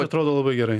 atrodo labai gerai